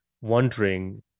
wondering